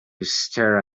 stare